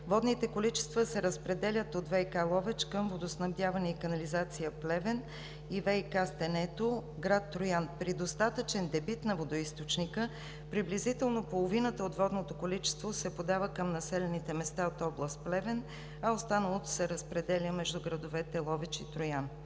Водните количества се разпределят от ВиК – Ловеч, към „Водоснабдяване и канализация“ – Плевен, и „ВиК-Стенето“ – град Троян. При достатъчен дебит на водоизточника приблизително половината от водното количество се подава към населените места в област Плевен, а останалото се разпределя между градовете Ловеч и Троян.